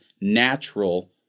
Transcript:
natural